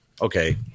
Okay